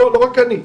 לא רק אני,